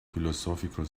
philosophical